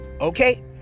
okay